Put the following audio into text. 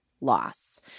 loss